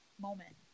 moment